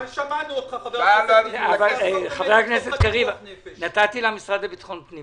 שמענו אותך, חבר הכנסת פינדרוס.